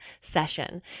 session